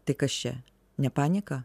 tai kas čia ne panika